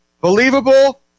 Believable